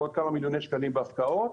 עוד כמה מיליוני שקלים בהפקעות,